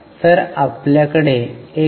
तर आपल्याकडे 1